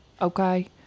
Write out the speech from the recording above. Okay